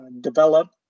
develop